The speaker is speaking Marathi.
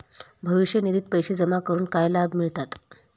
भविष्य निधित पैसे जमा करून काय लाभ मिळतात?